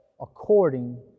according